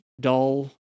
dull